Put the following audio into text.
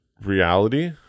reality